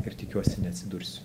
ir tikiuosi neatsidursiu